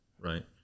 right